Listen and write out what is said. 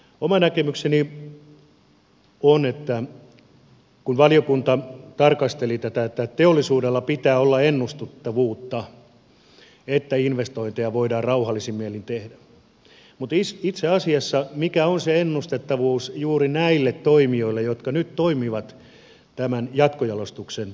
oma näkemykseni on kun valiokunta tarkasteli tätä että teollisuudella pitää olla ennustettavuutta niin että investointeja voidaan rauhallisin mielin tehdä mutta itse asiassa mikä on se ennustettavuus juuri näille toimijoille jotka nyt toimivat tämän jatkojalostuksen yhteydessä